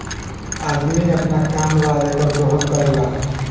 अदमी अपना काम ला एकर दोहन करेला